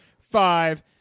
five